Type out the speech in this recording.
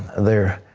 there